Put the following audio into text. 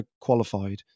qualified